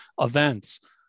events